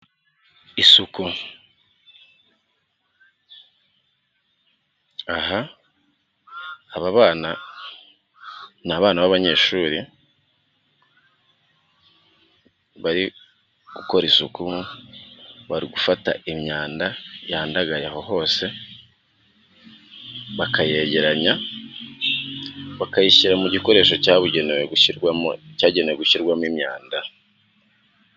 Isuku, aha aba bana ni abana b'abanyeshuri, bari gukora isuku maze imyandaye aho hose bakayegeranya bakayishyira mu gikoresho cyabugenewe, cyagenewe gushyirwamo imyanda.